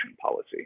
policy